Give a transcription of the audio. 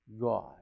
God